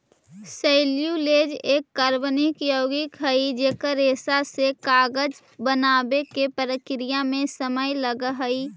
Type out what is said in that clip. cellulose एक कार्बनिक यौगिक हई जेकर रेशा से कागज बनावे के प्रक्रिया में समय लगऽ हई